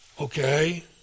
okay